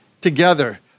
together